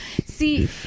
See